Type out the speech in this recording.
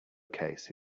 case